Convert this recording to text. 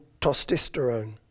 testosterone